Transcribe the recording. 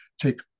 Take